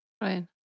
Right